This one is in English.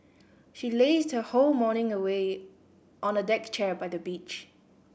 she lazed her whole morning away on a deck chair by the beach